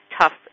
tough